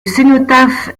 cénotaphe